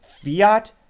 Fiat